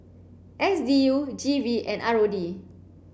S D U G V and R O D